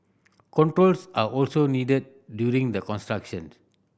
controls are also needed during the construction